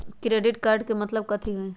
Credit card के मतलब कथी होई?